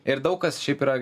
ir daug kas šiaip yra